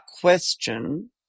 question